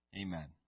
Amen